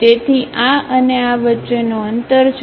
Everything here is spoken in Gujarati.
તેથી આ અને આ વચ્ચેનો અંતર છે